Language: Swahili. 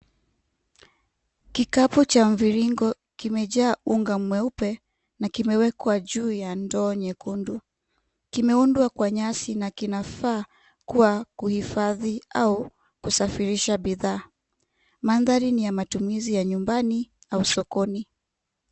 Kikabu cha mviringo kimejaa unga mweupe na kimewekwa juu ya ndoo mwekundu, kimeundwa kwa nyasi na kinafaa kuwa kuifadhi au kusafirisha bidhaa manthari ni ya matumizi ya nyumba au sokoni.